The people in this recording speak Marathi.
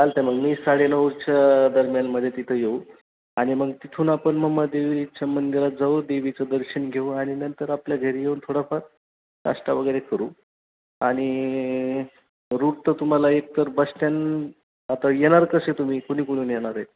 चालतं मग मी साडे नऊच्या दरम्यानमध्ये तिथं येऊ आणि मग तिथून आपण मुंबादेवीच्या मंदिरात जाऊ देवीचं दर्शन घेऊ आणि नंतर आपल्या घरी येऊन थोडाफार नाष्टावगैरे करू आणि रूट तर तुम्हाला एक तर बस स्टँड आता येणार कसे तुम्ही कुणीकणी येणार आहे